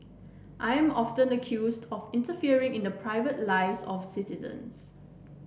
I am often accused of interfering in the private lives of citizens